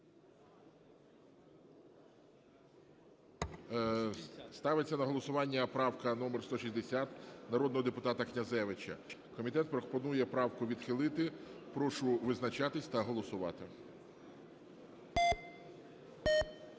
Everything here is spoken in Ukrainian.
Ставиться на голосування правка номер 160, народного депутата Князевича. Комітет пропонує правку відхилити. Прошу визначатись та голосувати.